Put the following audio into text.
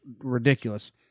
ridiculous